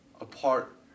apart